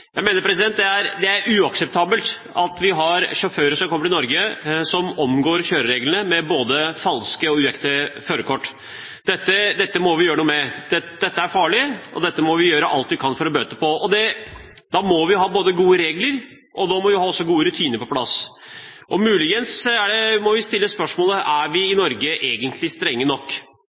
Jeg mener det er uakseptabelt at vi har sjåfører som kommer til Norge og omgår kjørereglene med falske og uekte førerkort. Dette må vi gjøre noe med. Dette er farlig, og dette må vi gjøre alt vi kan for å bøte på. Da må vi ha både gode regler og gode rutiner på plass, og muligens må vi stille spørsmålet: Er vi i Norge egentlig strenge nok?